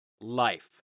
life